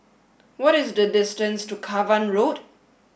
what is the distance to Cavan Road